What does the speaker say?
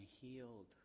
healed